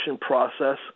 process